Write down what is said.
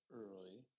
early